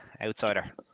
outsider